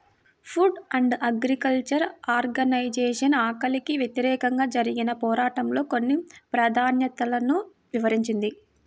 food and agriculture organization ఆకలికి వ్యతిరేకంగా జరిగిన పోరాటంలో కొన్ని ప్రాధాన్యతలను వివరించింది